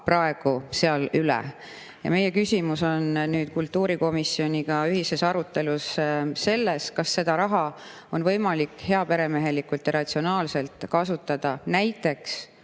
praegu seal üle. Meie küsimus on kultuurikomisjoniga ühises arutelus, kas seda raha on võimalik heaperemehelikult ja ratsionaalselt kasutada muu